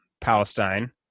Palestine